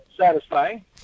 satisfying